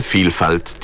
Vielfalt